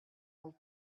old